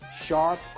sharp